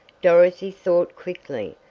dorothy thought quickly.